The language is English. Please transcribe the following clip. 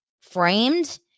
framed